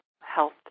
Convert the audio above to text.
health